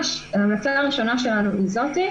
ההמלצה הראשונה שלנו היא זאת,